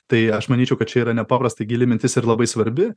tai aš manyčiau kad čia yra nepaprastai gili mintis ir labai svarbi